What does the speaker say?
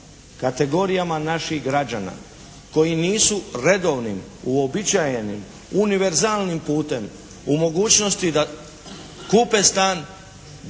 kategorijama naših građana koji nisu redovnim, uobičajenim, univerzalnim putem u mogućnosti da kupe stan, da